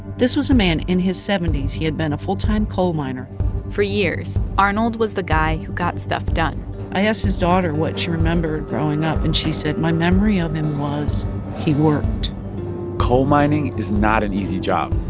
this was a man in his zero he had been a full-time coal miner for years, arnold was the guy who got stuff done i asked his daughter what she remembered growing up. and she said, my memory of him was he worked coal mining is not an easy job.